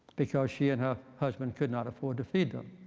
because she and her husband could not afford to feed them.